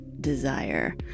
desire